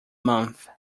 month